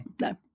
no